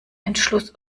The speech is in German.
entschluss